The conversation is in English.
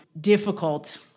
difficult